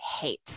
hate